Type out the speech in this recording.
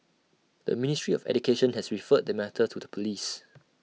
the ministry of education has referred the matter to the Police